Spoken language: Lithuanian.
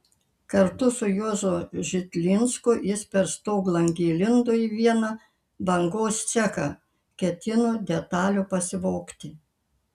kartu su juozu žitlinsku jis per stoglangį įlindo į vieną bangos cechą ketino detalių pasivogti